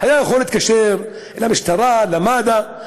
הוא היה יכול להתקשר למשטרה, למד"א.